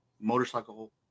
motorcycle